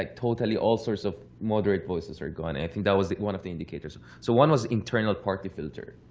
like totally, all sorts of moderate voices are going. and i think that was one of the indicators. so one was internal party filter,